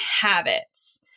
habits